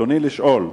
ברצוני לשאול: